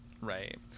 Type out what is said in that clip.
Right